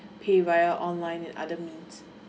pay via online in other means